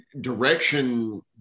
direction